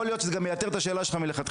יכול להיות שזה גם ייתר את השאלה שלך מלכתחילה,